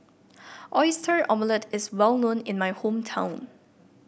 Oyster Omelette is well known in my hometown